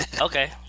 Okay